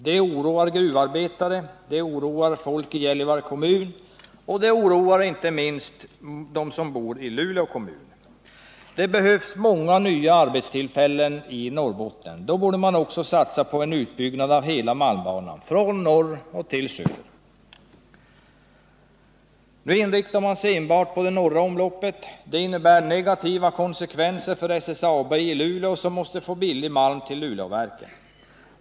Det oroar gruvarbetare, det oroar folk i Gällivare kommun och det oroar inte minst dem som bor i Luleå kommun. Det behövs många nya arbetstillfällen i Norrbotten. Då borde man också satsa på en utbyggnad av hela malmbanan, från norr till söder. Nu inriktar man sig enbart på det norra omloppet. Det innebär negativa konsekvenser för SSAB i Luleå, som måste få billig malm till Luleåverken.